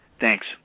thanks